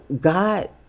God